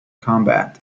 combat